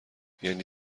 یعنی